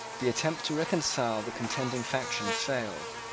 the attempt to reconcile the contending factions failed.